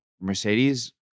Mercedes